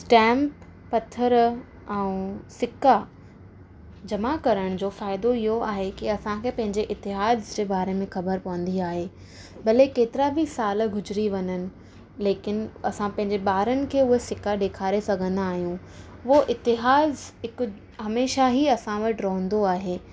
stamp पथर ऐं सिक्का जमा करण जो फ़ाइदो इहो आहे की असांखे पंहिंजे इतिहासु जे बारे में ख़बर पवंदी आहे भले ई केतिरा बि सालु गुजरी वञनि लेकिन असां पंहिंजे ॿारनि खे हूअ सिक्का ॾेखारे सघंदा आहियूं वो इतिहासु हिक हमेशह ई असां वटि रहंदो आहे